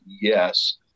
yes